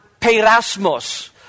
perasmos